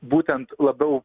būtent labiau